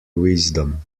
wisdom